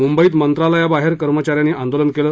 मुंबईत मंत्रालयाबाहेर कर्मचा यांनी आंदोलन केलं